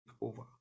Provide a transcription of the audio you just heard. over